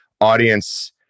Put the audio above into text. audience